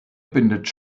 bindet